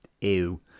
ew